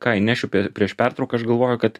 ką įnešiu prieš pertrauką aš galvoju kad